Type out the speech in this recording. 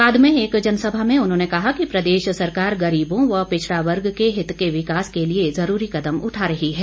बाद में एक जनसभा में उन्होंने कहा कि प्रदेश सरकार गरीबों व पिछड़ा वर्ग के हित के विकास के लिए जरूरी कदम उठा रही है